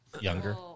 younger